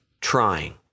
trying